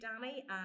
Danny